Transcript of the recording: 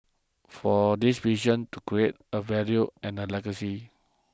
for this vision is to create a value and a legacy